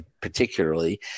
particularly